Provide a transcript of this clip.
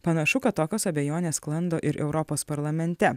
panašu kad tokios abejonės sklando ir europos parlamente